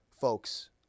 Folks